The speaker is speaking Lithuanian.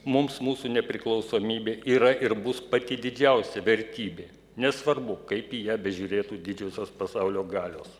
mums mūsų nepriklausomybė yra ir bus pati didžiausia vertybė nesvarbu kaip į ją bežiūrėtų didžiosios pasaulio galios